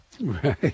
Right